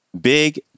Big